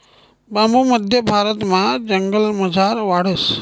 बांबू मध्य भारतमा जंगलमझार वाढस